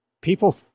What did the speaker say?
people